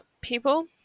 people